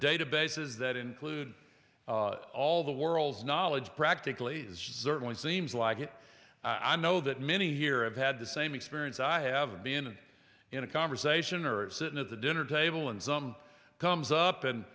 databases that include all the world's knowledge practically zero one seems like it i know that many here have had the same experience i have been in a conversation or sitting at the dinner table and some comes up and